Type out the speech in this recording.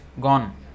gone